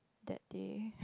that they